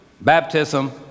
Baptism